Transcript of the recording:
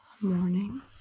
morning